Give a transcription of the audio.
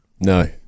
No